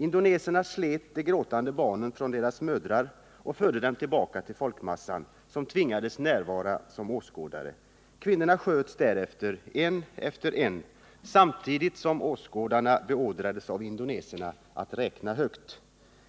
”Indoneserna slet de gråtande barnen från deras mödrar och förde dem tillbaka till folkmassan . Kvinnorna sköts därefter en efter en samtidigt som åskådarna beordrades av indoneserna att räkna högt.”